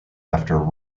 after